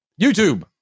YouTube